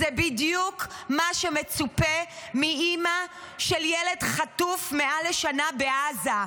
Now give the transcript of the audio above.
זה בדיוק מה שמצופה מאימא של ילד חטוף מעל לשנה בעזה.